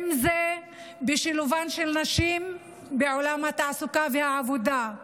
אם זה בשילובן של נשים בעולם התעסוקה והעבודה,